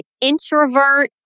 introvert